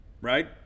right